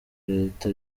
leta